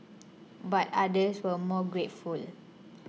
but others were more grateful